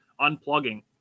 unplugging